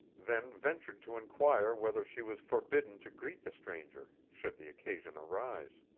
then ventured to inquire whether she was forbidden to greet the stranger should the occasion arise.